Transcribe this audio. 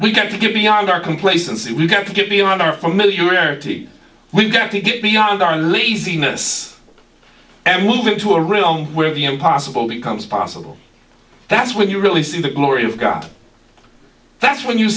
we've got to get beyond our complacency we've got to get beyond our familiarity we've got to get beyond our laziness and move into a realm where the impossible becomes possible that's when you really see the glory of god that's when you